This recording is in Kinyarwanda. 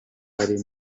ari